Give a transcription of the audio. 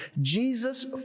Jesus